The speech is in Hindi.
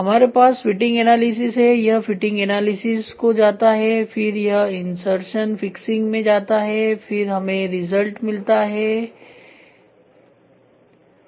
हमारे पास फिटिंग एनालिसिस है यह फिटिंग एनालिसिस को जाता है फिर यह इनसर्सन फिक्सिंग में जाता है फिर हमें रिजल्ट मिलता है ठीक है